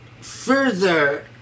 further